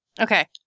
Okay